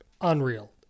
unreal